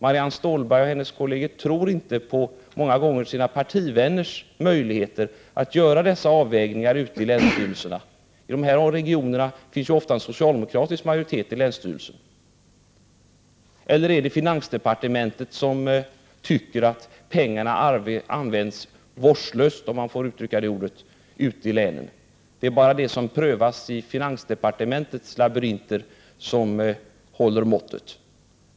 Marianne Stålberg och hennes kolleger tror inte på sina partivänners möjligheter att göra dessa avvägningar ute i länsstyrelserna. Dessa regioner har ofta socialdemokratisk majoritet i länsstyrelserna. Eller är det i finansdepartementet som man tycker att pengarna används vårdslöst ute i länen? Är det bara det som prövas i finansdepartementets labyrinter som håller måttet?